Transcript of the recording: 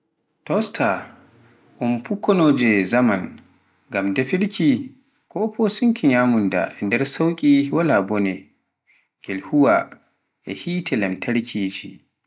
toaster, un fokkonoje zaman, ngam defirki e posiinki nyamunda nder sauki walaa mbone, ngel hoowa e hiite lamtarkije.